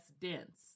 dense